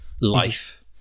life